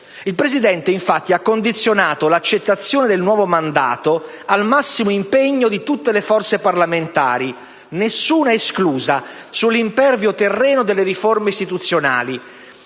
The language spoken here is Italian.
il Presidente infatti ha condizionato l'accettazione del nuovo mandato al massimo impegno di tutte le forze parlamentari, nessuna esclusa, sull'impervio terreno delle riforme istituzionali,